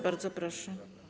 Bardzo proszę.